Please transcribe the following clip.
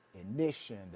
ignition